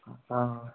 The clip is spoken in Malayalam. ആ